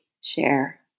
share